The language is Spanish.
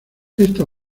esta